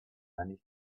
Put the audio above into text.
many